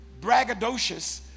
braggadocious